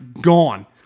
gone